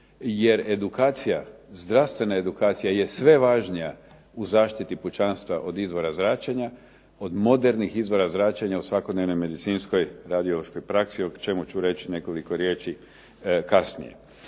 zdravstvena edukacija je sve važnija u zaštiti pučanstva od izvora zračenja, od modernih izvora zračenja u svakodnevnoj medicinskoj radiološkoj praksi o čemu će reći nekoliko riječi kasnije.